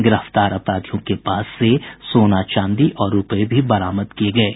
गिरफ्तार अपराधियों के पास से सोना चांदी और रूपये भी बरामद किये गये हैं